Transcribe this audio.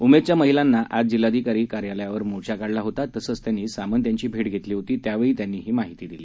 उमेदच्या महिलांनी आज जिल्हाधिकारी कार्यालयावर मोर्चा काढला होता तसंच त्यांनी सामंत यांची भेट घेतली होती त्यावेळी त्यांनी ही माहिती दिली